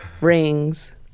rings